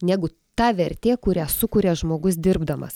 negu ta vertė kurią sukuria žmogus dirbdamas